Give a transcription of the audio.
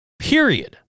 Period